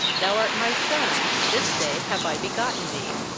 thou art my son, this day have i begotten thee?